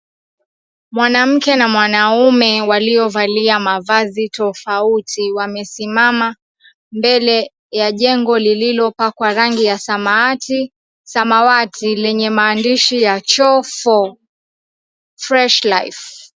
Mwanamke na mwanaume waliovalia mavazi tofauti, wamesimama mbele ya jengo lililopakwa rangi ya samawati samawati lenye maandishi ya Choo 4, Fresh Life.